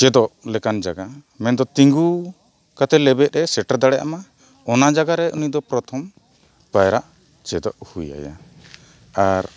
ᱪᱮᱫᱚᱜ ᱞᱮᱠᱟᱱ ᱡᱟᱭᱜᱟ ᱢᱮᱱ ᱫᱚ ᱛᱤᱸᱜᱩ ᱠᱟᱛᱮᱫ ᱞᱮᱵᱮᱫ ᱮ ᱥᱮᱴᱮᱨ ᱫᱟᱲᱮᱭᱟᱜ ᱢᱟ ᱚᱱᱟ ᱡᱟᱭᱜᱟ ᱨᱮ ᱩᱱᱤ ᱫᱚ ᱯᱨᱚᱛᱷᱚᱢ ᱯᱟᱭᱨᱟᱜ ᱪᱮᱫᱚᱜ ᱦᱩᱭᱟᱭᱟ ᱟᱨ